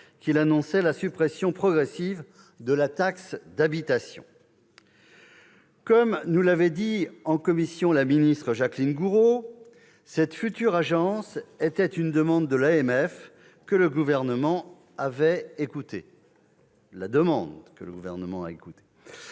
qu'il annonçait la suppression progressive de la taxe d'habitation. Comme nous l'avait dit en commission la ministre Jacqueline Gourault, cette future agence était une demande de l'Association des maires de France, l'AMF, que le Gouvernement avait « écoutée